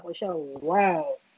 Wow